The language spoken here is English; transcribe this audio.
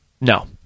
No